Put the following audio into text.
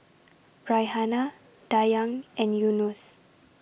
Raihana Dayang and Yunos